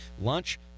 Lunch